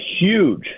huge